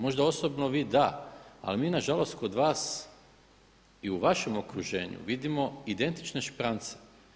Možda osobno vi da, ali mi na žalost kod vas i u vašem okruženju vidimo identične šprance.